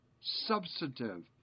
substantive